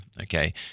Okay